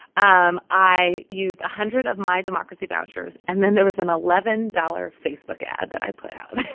um i used a hundred of my democracy vouchers. and then there was an eleven dollars facebook ad that i put out.